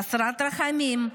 חסרת רחמים,